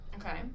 Okay